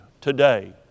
today